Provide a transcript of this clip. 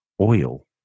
oil